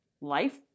life